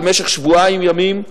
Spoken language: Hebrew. במשך שבועיים ימים,